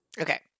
Okay